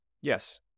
Yes